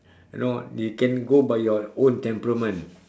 you know you can go by your own temperament